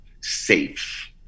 safe